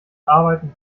arbeiten